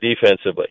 defensively